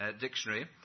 dictionary